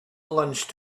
lunch